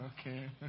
Okay